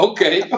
Okay